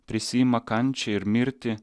prisiima kančią ir mirtį